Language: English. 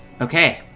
Okay